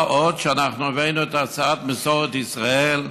מה עוד שאנחנו הבאנו את הצעת מסורת ישראל,